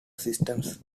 systems